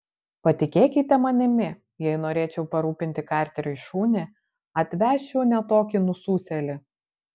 patikėkite manimi jei norėčiau parūpinti karteriui šunį atvesčiau ne tokį nususėlį